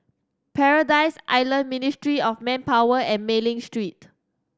Paradise Island Ministry of Manpower and Mei Ling Street